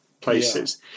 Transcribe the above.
places